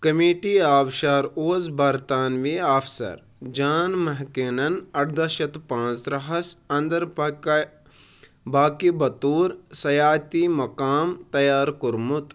committee آبٕشار اوس برطانوی افسَر جان میٚہکیٖنَن اَردہ شیٚتھ تہٕ پانٛژھ ترٛہہَس اَندر پكہِ باقٕے بطور سَیٲحتی مُقام تَیار کوٚرمُت